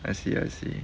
I see I see